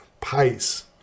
pace